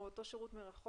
או יותר נכון שירות מרחוק,